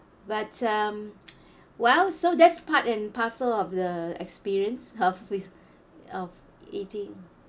but uh well so that's part and parcel of the experience of with of eating